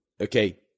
okay